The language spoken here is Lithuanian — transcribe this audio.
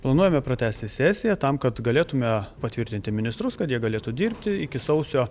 planuojame pratęsti sesiją tam kad galėtume patvirtinti ministrus kad jie galėtų dirbti iki sausio